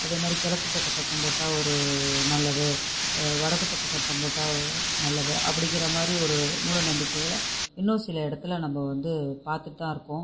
அதேமாதிரி கிழக்கு பக்கம் சத்தம் போட்டால் ஒரு நல்லது வடக்கு பக்கம் சத்தம் போட்டால் நல்லது அப்படிங்கிற மாதிரி ஒரு மூட நம்பிக்கைகளை இன்னும் சில இடத்தில் நம்ம வந்து பார்த்துட்டு தான் இருக்கோம்